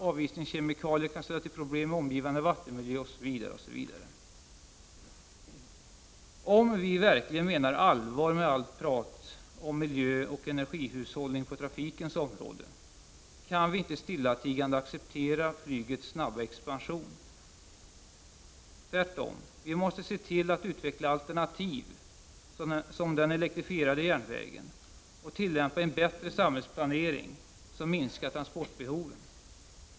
Avisningskemikalier kan ställa till problem i omgivande vattenmiljö, osv. Om vi verkligen menar allvar med allt prat om miljöoch energihushållning på trafikens område, kan vi inte stillatigande acceptera flygets snabba expansion. Tvärtom — vi måste se till att utveckla alternativ, som den elektrifierade järnvägen, och tillämpa en bättre samhällsplanering, som minskar transportbehovet.